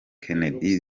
kennedy